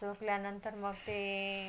सुकल्यानंतर मग ते